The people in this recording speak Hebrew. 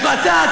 אתה,